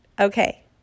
Okay